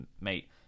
Mate